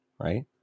right